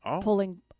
Pulling